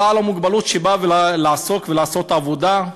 בעל המוגבלות שבא לעסוק ולעשות את העבודה,